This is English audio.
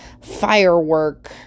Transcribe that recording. firework